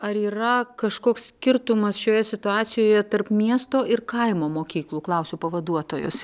ar yra kažkoks skirtumas šioje situacijoje tarp miesto ir kaimo mokyklų klausiu pavaduotojos